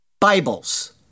Bibles